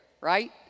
right